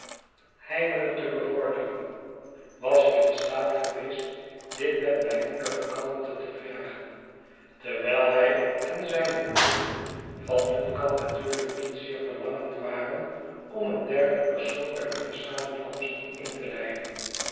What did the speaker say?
heimelijk te bevorderen was ik in staat geweest dit met blijmoedige kalmte te vergen terwijl hij en zijne beminde van hun'kant natuurlijk met zeer verlangend waren om een derden persoon bij hunne samenkomsten in te leiden